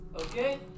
Okay